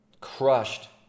crushed